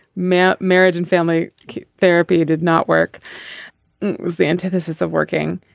meant marriage and family therapy did not work. it was the antithesis of working.